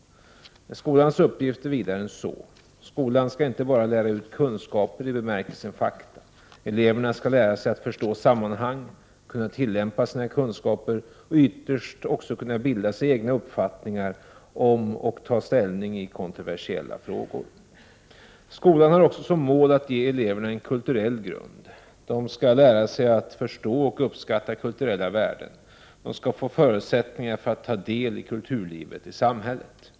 Men skolans uppgift är vidare än så. Skolan skall inte bara lära ut kunskaper i bemärkelsen fakta. Eleverna skall lära sig att förstå sammanhang, kunna tillämpa sina kunskaper och ytterst också kunna bilda sig egna uppfattningar om och ta ställning i kontroversiella frågor. Skolan har också som mål att ge eleverna en kulturell grund. De skall lära sig att förstå och uppskatta kulturella värden. De skall få förutsättningar för att ta del i kulturlivet i samhället.